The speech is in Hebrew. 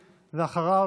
ואחריו,